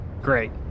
Great